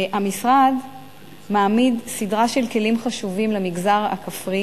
המשרד מעמיד סדרה של כלים חשובים למגזר הכפרי